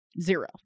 zero